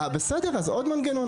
בסדר, אז עוד מנגנונים.